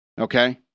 Okay